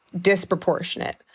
disproportionate